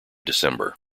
december